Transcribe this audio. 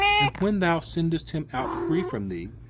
and when thou sendest him out free from thee,